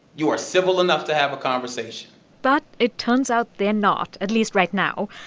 you are civil enough to have a conversation but it turns out, they're not at least right now.